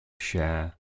share